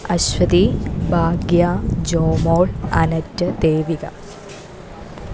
Aswathy Bhagya Jomol Annette Devika